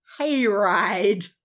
hayride